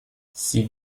sie